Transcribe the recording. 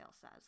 says